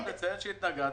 אני התנגדתי.